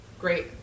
great